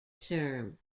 term